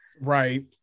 Right